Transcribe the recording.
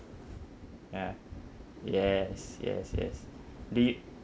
ya yes yes yes do you